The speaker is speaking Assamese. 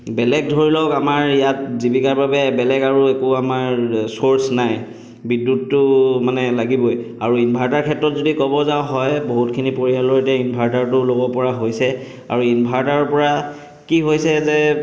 বেলেগ ধৰি লওক আমাৰ ইয়াত জীৱিকাৰ বাবে বেলেগ আৰু একো আমাৰ ছ'ৰ্চ নাই বিদ্যুতটো মানে লাগিবই আৰু ইনভাৰ্টাৰ ক্ষেত্ৰত যদি ক'ব যাওঁ হয় বহুতখিনি পৰিয়ালৰ এতিয়া ইনভাৰ্টাৰটো ল'ব পৰা হৈছে আৰু ইনভাৰ্টাৰ পৰা কি হৈছে যে